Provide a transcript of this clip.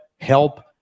help